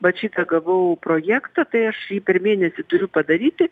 vat šitą gavau projektą tai aš jį per mėnesį turiu padaryti